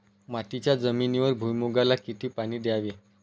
मातीच्या जमिनीवर भुईमूगाला किती पाणी द्यावे?